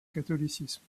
catholicisme